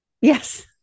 Yes